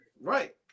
Right